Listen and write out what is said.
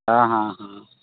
ᱦᱮᱸ ᱦᱮᱸ ᱦᱮᱸ